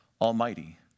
Almighty